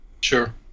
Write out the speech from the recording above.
Sure